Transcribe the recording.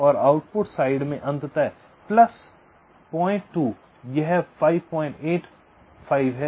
और output side में अंततः प्लस 02 यह 585 है